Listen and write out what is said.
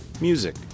music